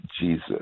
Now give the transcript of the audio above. Jesus